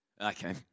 Okay